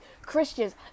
Christians